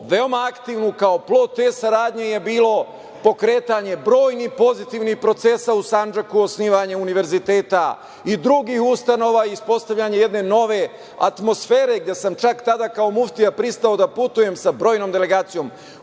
veoma aktivnu? Kao plod te saradnje je bilo pokretanje brojnih pozitivnih procesa u Sandžaku, osnivanje Univerziteta i drugih ustanova i uspostavljanje jedne nove atmosfere, gde sam čak tada kao muftija pristao da putujem sa brojnom delegacijom